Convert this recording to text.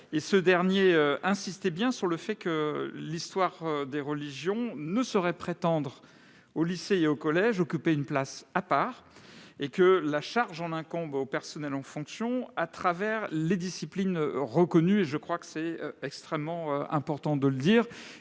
en 2002. Il y insistait bien sur le fait que « l'histoire des religions [...] ne saurait prétendre, au lycée et au collège, occuper une place à part. La charge en incombe aux personnels en fonction, à travers les disciplines reconnues ». Je crois qu'il est extrêmement important de dire